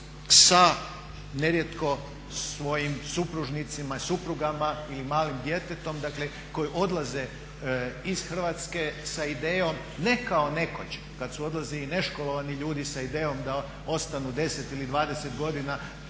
sa nerijetko svojim supružnicima, suprugama i malim djetetom, koji odlaze iz Hrvatske sa idejom ne kao nekoć kad su odlazili neškolovani ljudi sa idejom da ostanu 10 ili 20 godina,